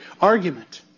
argument